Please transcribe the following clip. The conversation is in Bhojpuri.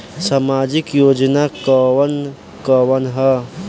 सामाजिक योजना कवन कवन ह?